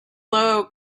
low